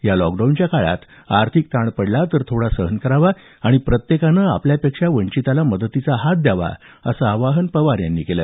या लॉकडाऊनच्या काळात आर्थिक ताण पडला तर थोडा सहन करावा आणि प्रत्येकानं आपल्यापेक्षा वंचिताला मदतीचा हात द्यावा अस आवाहन पवार यांनी केलं